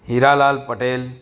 Hiralal Patel